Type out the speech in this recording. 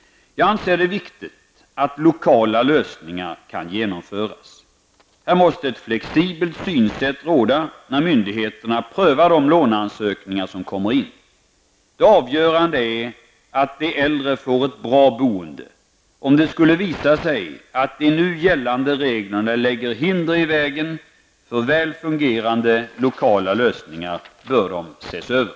Jag anser det viktigt att lokala lösningar kan genomföras. Här måste ett flexibelt synsätt råda när myndigheterna prövar de låneansökningar som kommer in. Det avgörande är att de äldre får ett bra boende. Om det skulle visa sig att de nu gällande reglerna lägger hinder i vägen för väl fungerande lokala lösningar, bör de ses över.